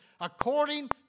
according